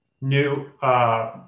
new –